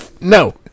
No